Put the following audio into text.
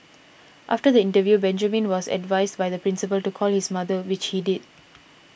after the interview Benjamin was advised by the Principal to call his mother which he did